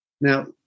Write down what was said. Now